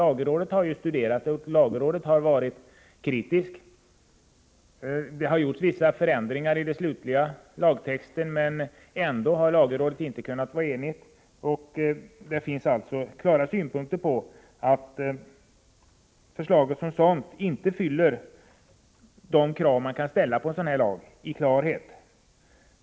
Lagrådet har studerat det — och varit kritiskt. Det har gjorts vissa förändringar i den slutliga lagtexten, men lagrådet har ändå inte kunnat enas. Det finns alltså bestämda uttalanden om att förslaget som sådant inte fyller de krav som vi när det gäller klarhet bör ställa på en sådan här lag.